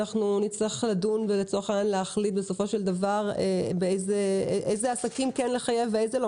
נצטרך לדון ולהחליט אילו עסקים כן לחייב ואילו לא,